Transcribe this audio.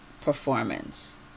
performance